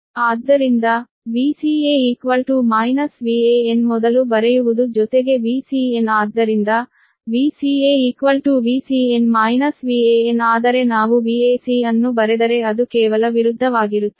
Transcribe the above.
ಆದ್ದರಿಂದ Vca Van ಮೊದಲು ಬರೆಯುವುದು ಜೊತೆಗೆ Vcn ಆದ್ದರಿಂದ Vca Vcn Van ಆದರೆ ನಾವು Vac ಅನ್ನು ಬರೆದರೆ ಅದು ಕೇವಲ ವಿರುದ್ಧವಾಗಿರುತ್ತದೆ